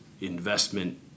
investment